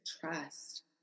trust